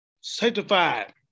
Sanctified